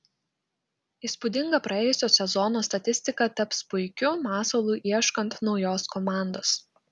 įspūdinga praėjusio sezono statistika taps puikiu masalu ieškant naujos komandos